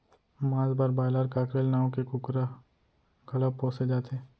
मांस बर broiler, cockerel नांव के कुकरा घलौ पोसे जाथे